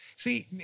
See